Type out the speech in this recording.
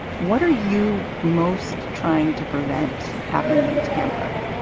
what are you most trying to prevent happening in tampa?